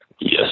Yes